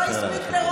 לא מתביישים.